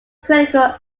critical